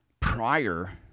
Prior